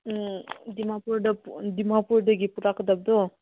ꯎꯝ ꯗꯤꯃꯥꯄꯨꯔꯗ ꯗꯤꯃꯥꯄꯨꯔꯗꯒꯤ ꯄꯨꯔꯛꯀꯗꯕꯗꯣ